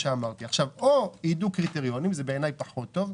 או הידוק קריטריונים, שבעיניי זו הצעה פחות טובה.